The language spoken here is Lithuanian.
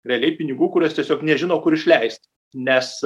realiai pinigų kuriuos tiesiog nežino kur išleist nes